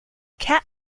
cat